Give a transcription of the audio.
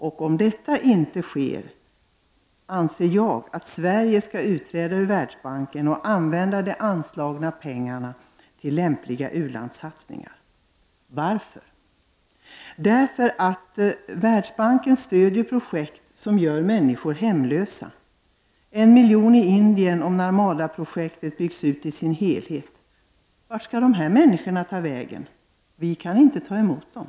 Om inte detta sker anser jag att Sverige skall utträda ur Världsbanken och i stället använda de anslagna pengarna till lämpliga u-landssatsningar. Varför anser jag det? Jo, därför att Världsbanken stöder projekt som gör människor hemlösa — en miljon i Indien om Narmadaprojektet byggs ut i sin helhet. Vart skall dessa människor ta vägen? Vi kan inte ta emot dem.